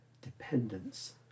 dependence